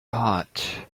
hot